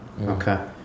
Okay